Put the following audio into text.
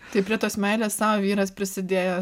tai prie tos meilės sau vyras prisidėjo